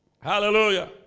Hallelujah